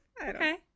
Okay